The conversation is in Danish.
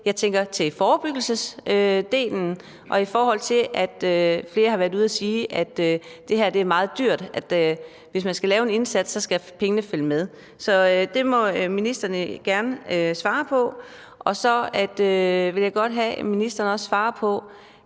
her tænker jeg på forebyggelsesdelen, og at flere har været ude at sige, at det her er meget dyrt, og at pengene, hvis man skal lave en indsats, skal følge med? Så det må ministeren gerne svare på. Og jeg vil også godt have, at ministeren svarer på,